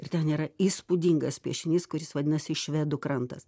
ir ten yra įspūdingas piešinys kuris vadinasi švedų krantas